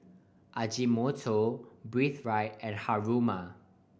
Ajinomoto Breathe Right and Haruma